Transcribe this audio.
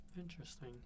Interesting